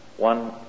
One